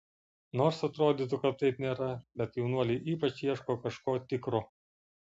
nors atrodytų kad taip nėra bet jaunuoliai ypač ieško kažko tikro